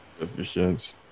Efficient